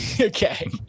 Okay